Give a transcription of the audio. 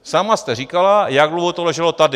Sama jste říkala, jak dlouho to leželo tady.